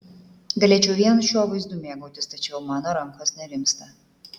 galėčiau vien šiuo vaizdu mėgautis tačiau mano rankos nerimsta